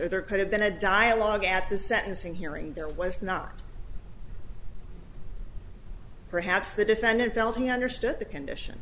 or there could have been a dialogue at the sentencing hearing there was not perhaps the defendant felt he understood the condition